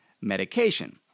medication